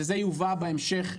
וזה יובא בהמשך,